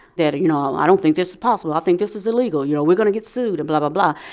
that, you know, i don't think this is possible, i think this is illegal, you know, we're going to get sued and blah, blah, blah.